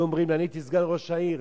אני הייתי סגן ראש העיר,